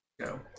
go